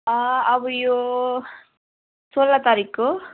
अब यो सोह्र तारिकको